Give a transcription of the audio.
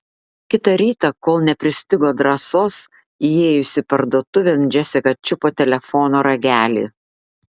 kitą rytą kol nepristigo drąsos įėjusi parduotuvėn džesika čiupo telefono ragelį